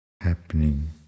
happening